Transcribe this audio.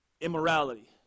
immorality